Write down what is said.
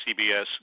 CBS